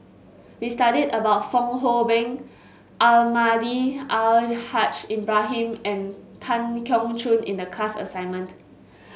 we studied about Fong Hoe Beng Almahdi Al Haj Ibrahim and Tan Keong Choon in the class assignment